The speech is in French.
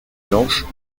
blanche